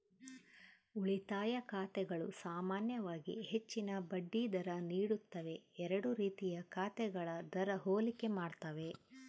ಉಳಿತಾಯ ಖಾತೆಗಳು ಸಾಮಾನ್ಯವಾಗಿ ಹೆಚ್ಚಿನ ಬಡ್ಡಿ ದರ ನೀಡುತ್ತವೆ ಎರಡೂ ರೀತಿಯ ಖಾತೆಗಳ ದರ ಹೋಲಿಕೆ ಮಾಡ್ತವೆ